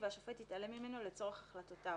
והשופט יתעלם ממנו לצורך החלטותיו.